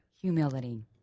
Humility